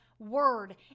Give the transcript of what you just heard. word